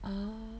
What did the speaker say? oh